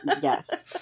Yes